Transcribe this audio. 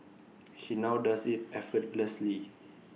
he now does IT effortlessly